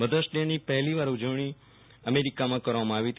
mothers ડેની પહેલીવાર ઉજવણી અમેરિકામાં કરવામાં આવી હતી